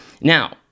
Now